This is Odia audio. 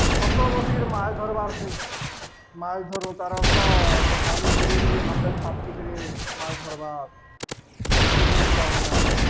ଖୋକୋ ବସିକିରି ମାଛ ଧର୍ବାର୍ ସେ ମାଛ୍ ଧରୁ ତାର୍ ଅର୍ଥ ସେ ପାନି ବୁଡ଼ିକରି ହାତେ ଛାପକି କରି ମାଛ୍ ଧର୍ବାର୍ ଶିଖୁ ଛୁଆମାନେ ଆମେ